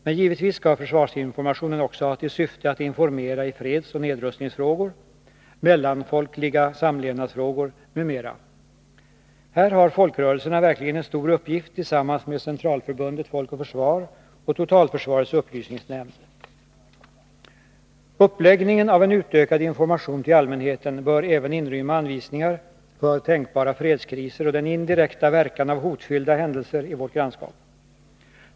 Men givietvis skall försvarsinformationen också ha till syfte att informera i fredsoch nedrustningsfrågor, mellanfolkliga samlevnadsfrågor m.m. Här har folkrörelserna verkligen en stor uppgift tillsammans med Centralförbundet Folk och Försvar och totalförsvarets upplysningsnämnd. Uppläggningen av en utökad information till allmänheten bör även inrymma anvisningar för tänkbara fredskriser och den indirekta verkan av hotfyllda händelser i vårt grannskap.